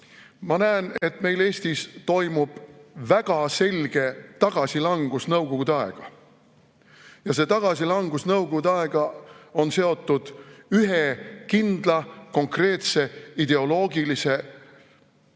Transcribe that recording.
Ma näen, et meil Eestis toimub väga selge tagasilangus nõukogude aega. Ja see tagasilangus nõukogude aega on seotud ühe kindla konkreetse ideoloogilise